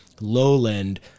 lowland